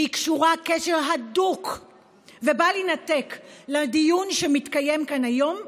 והיא קשורה בקשר הדוק ובל יינתק לדיון שמתקיים כאן היום ועכשיו.